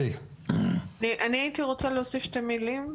אני הייתי רוצה להוסיף שתי מילים,